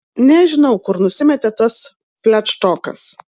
nežinau kur nusimetė tas fladštokas